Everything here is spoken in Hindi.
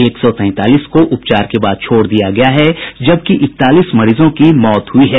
एक सौ तैंतालीस को उपचार के बाद छोड़ दिया गया है जबकि इकतालीस मरीजों की मौत हुयी है